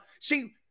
See